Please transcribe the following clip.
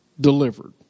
delivered